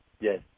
Yes